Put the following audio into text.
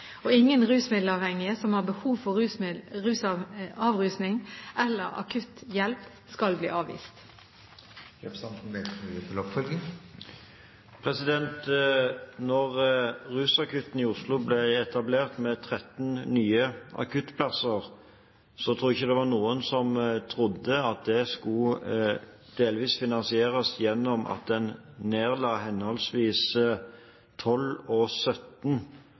Ingen rusmiddelavhengige som har behov for avrusning eller akutthjelp, skal bli avvist. Da rusakutten i Oslo ble etablert med 13 nye akuttplasser, tror jeg ikke det var noen som trodde at det delvis skulle finansieres gjennom at en nedla henholdsvis 12 og 17